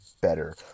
better